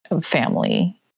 family